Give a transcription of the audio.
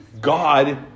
God